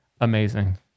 amazing